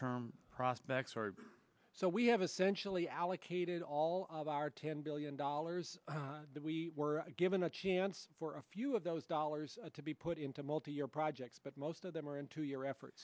term prospects so we have essentially allocated all of our ten billion dollars that we were given a chance for a few of those dollars to be put into multi year projects but most of them are into your effort